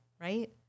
right